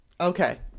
Okay